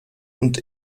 und